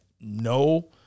no